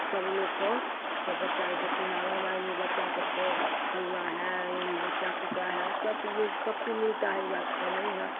सब लोग को सब बच्चा को देते हैं आँगनबाड़ी में भी बच्चा सबको हलुआ है बच्चा का कपड़ा है सबको सब चीज़ मिलती है यह बात तो नहीं है